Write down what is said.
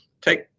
Take